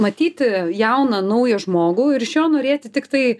matyti jauną naują žmogų ir iš jo norėti tiktai